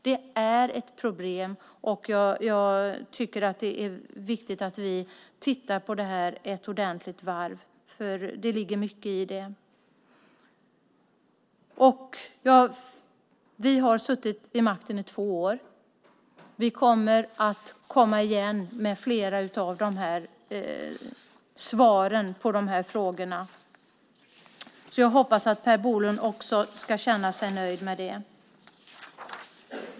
Det är ett problem, och jag tycker att det är viktigt att vi tittar på det här ordentligt. Det ligger mycket i det. Alliansen har suttit vid makten i två år. Vi kommer att komma igen med svar på flera av frågorna. Jag hoppas att Per Bolund ska känna sig nöjd med detta.